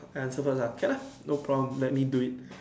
I answer first can ah no problem let me do it